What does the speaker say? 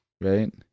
Right